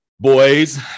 Boys